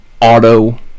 auto